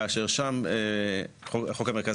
כאשר שם, חוק המרכז